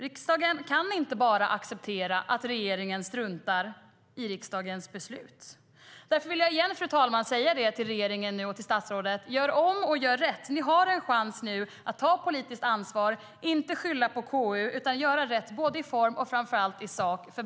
Riksdagen kan inte bara acceptera att regeringen struntar i riksdagens beslut. Därför vill jag återigen säga till regeringen och statsrådet, fru talman: Gör om och gör rätt! Ni har nu en chans att ta politiskt ansvar och inte skylla på KU utan göra rätt både i form och, framför allt, i sak.